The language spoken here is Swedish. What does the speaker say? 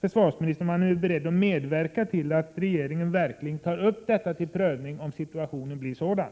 försvarsministern om han är beredd att medverka till att regeringen verkligen tar upp detta till prövning om situationen blir sådan.